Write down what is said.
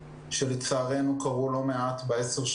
כדי שההורים יוכלו להקליט תכניות בערבית.